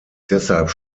deshalb